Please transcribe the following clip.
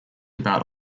about